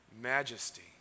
majesty